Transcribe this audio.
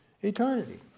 eternity